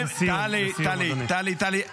תורידו מסדר-היום.